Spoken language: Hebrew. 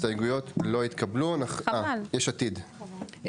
"חברת תשלומים לא תיתן על לקוח ריבית על יתרת זכות בחשבון תשלום או